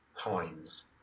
times